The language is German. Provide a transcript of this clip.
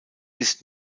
ist